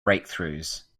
breakthroughs